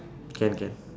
can can